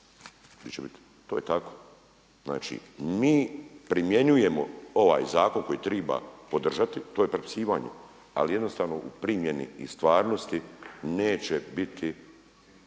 To je tako. Znači mi primjenjujemo ovaj zakon koji treba podržati, to je prepisivanje, ali jednostavno i primjeni i stvarnosti neće biti